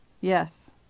Yes